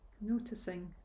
Noticing